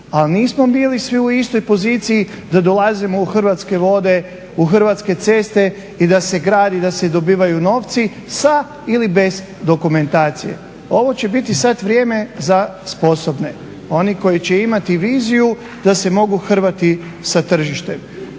ali nismo bili svi u istoj poziciji da dolazimo u Hrvatske vode, u Hrvatske ceste i da se gradi, da se dobivaju novci sa ili bez dokumentacije. Ovo će biti sad vrijeme za sposobne. Oni koji će imati viziju da se mogu hrvati sa tržištem,